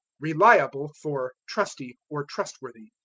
reliable for trusty, or trustworthy.